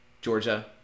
Georgia